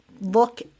look